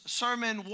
sermon